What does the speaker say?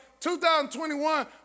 2021